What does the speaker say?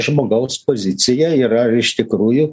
žmogaus pozicija yra iš tikrųjų